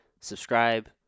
Subscribe